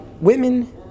Women